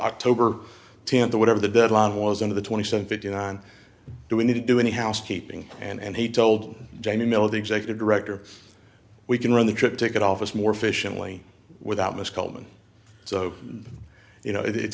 october tenth or whatever the deadline was on the twenty seven fifty nine do we need to do any housekeeping and he told johnny miller the executive director we can run the trip ticket office more efficiently without miss coleman so you know it